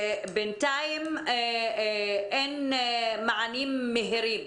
ובינתיים אין מענים מהירים.